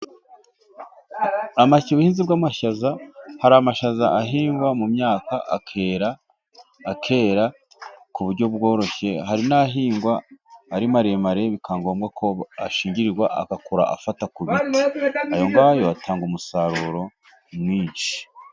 Amasha ubuhinzi bw'amashaza, hari amashaza ahingwa mu myaka akera akera ku buryo bworoshye, hari n'ahingwa ari maremare bikaba ngombwako ashingirirwa agakura afata ku biti. Ayo ngayo atanga umusaruro mwinshi.